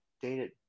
dated